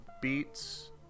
beats